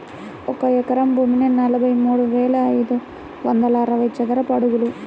ఒక ఎకరం భూమి నలభై మూడు వేల ఐదు వందల అరవై చదరపు అడుగులు